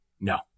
No